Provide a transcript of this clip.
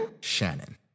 Shannon